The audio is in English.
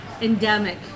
endemic